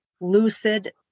lucid